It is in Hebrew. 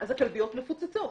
אז הכלביות מפוצצות.